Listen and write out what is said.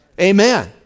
Amen